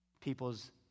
people's